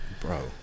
Bro